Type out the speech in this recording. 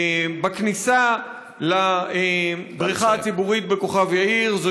בכניסה לבריכה הציבורית בכוכב יאיר.